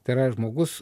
tai yra žmogus